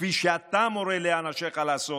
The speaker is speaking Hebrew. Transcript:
כפי שאתה מורה לאנשים לעשות,